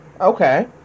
Okay